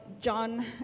John